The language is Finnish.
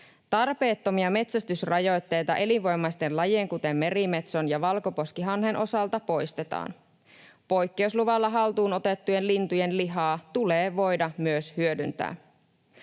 Tarpeettomia metsästysrajoitteita elinvoimaisten lajien, kuten merimetson ja valkoposkihanhen, osalta poistetaan. Poikkeusluvalla haltuun otettujen lintujen lihaa tulee voida myös hyödyntää.